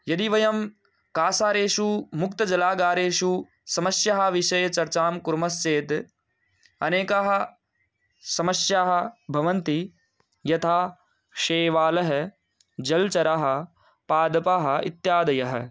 यदि वयं कासारेषु मुक्तजलागारेषु समस्याः विषये चर्चां कुर्मश्चेत् अनेकाः समस्याः भवन्ति यथा शेवालः जलचराः पादपाः इत्यादयः